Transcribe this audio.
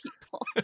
people